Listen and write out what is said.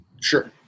Sure